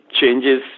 changes